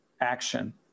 action